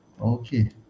Okay